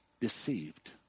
deceived